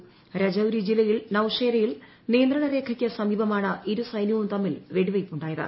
ൂ രജൌരി ജില്ലയിൽ നൌഷേരയിൽ നിയന്ത്രണരേഖയ്ക്കു സ്ക്മീപ്പമാണ് ഇരുസൈന്യവും തമ്മിൽ വെടിവയ്പുണ്ടായത്